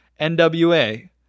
NWA